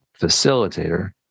facilitator